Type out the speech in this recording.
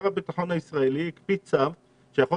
שר הביטחון הישראלי הקפיא צו שיכול